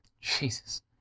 Jesus